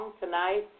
tonight